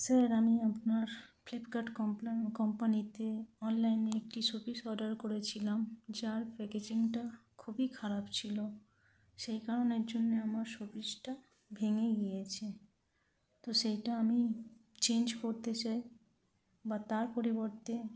sir আমি আপনার Flipkart কোম্পানিতে অনলাইনে একটি শোপিস অর্ডার করেছিলাম যার প্যাকেজিংটা খুবই খারাপ ছিল সেই কারণের জন্যে আমার শোপিসটা ভেঙে গিয়েছে তো সেইটা আমি চেঞ্জ করতে চাই বা তার পরিবর্তে